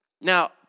Now